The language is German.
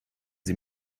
sie